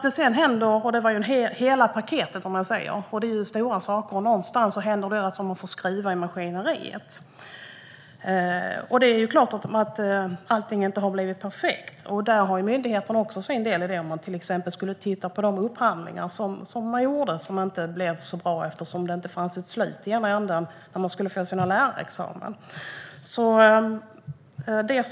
Det var ett helt paket, och det var stora saker, så det händer att man får skruva i maskineriet någonstans. Det är klart att allting inte har blivit perfekt. Myndigheterna har också sin del i det. Man skulle till exempel titta på de upphandlingar som man gjorde och som inte blev så bra, eftersom det inte fanns ett slut i andra änden där studenterna skulle få sina lärarexamina.